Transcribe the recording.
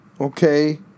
Okay